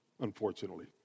unfortunately